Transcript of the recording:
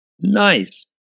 nice